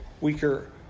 weaker